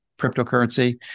cryptocurrency